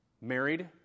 married